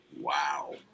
Wow